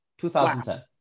2010